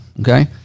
Okay